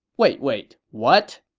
wait wait, what?